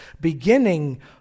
beginning